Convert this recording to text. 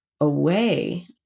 away